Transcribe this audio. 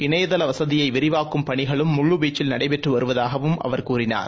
இணையதளவசதியைவிரிவாக்கும் பணிகளும் முழுவீச்சில் நடைபெற்றுவருவதாகவும் அவர் கூறினார்